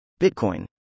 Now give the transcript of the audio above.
Bitcoin